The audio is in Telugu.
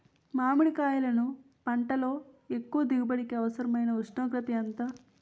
మామిడికాయలును పంటలో ఎక్కువ దిగుబడికి అవసరమైన ఉష్ణోగ్రత ఎంత?